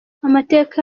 amateka